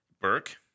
Burke